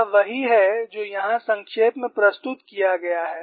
यह वही है जो यहाँ संक्षेप में प्रस्तुत किया गया है